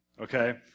Okay